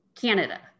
Canada